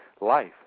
Life